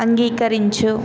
అంగీకరించు